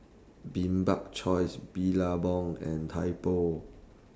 Bibik's Choice Billabong and Typo